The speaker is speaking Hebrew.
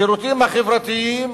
השירותים החברתיים